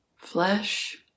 flesh